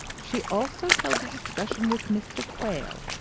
she also held a discussion with mr. quale,